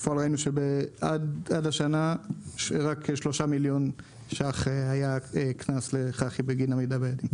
ועד השנה הקנס היה 3 מיליון שקלים לחברת החשמל בגין עמידה ביעדים.